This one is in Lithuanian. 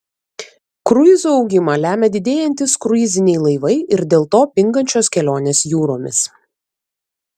kruizų augimą lemia didėjantys kruiziniai laivai ir dėl to pingančios kelionės jūromis